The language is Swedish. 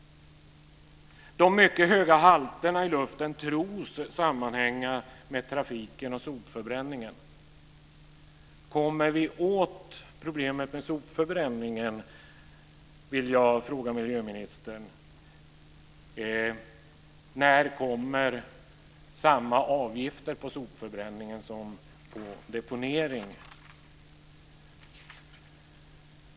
De mycket höga halterna i luften tros sammanhänga med trafiken och sopförbränningen. Kommer vi åt problemet med sopförbränningen? vill jag fråga miljöministern. När kommer samma avgifter på sopförbränning som på deponering?